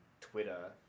Twitter